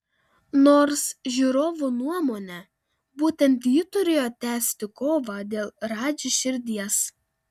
nors žiūrovų nuomone būtent ji turėjo tęsti kovą dėl radži širdies